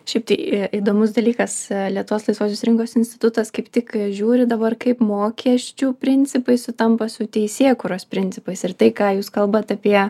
šiaip tai įdomus dalykas lietuvos laisvosios rinkos institutas kaip tik žiūri dabar kaip mokesčių principai sutampa su teisėkūros principais ir tai ką jūs kalbat apie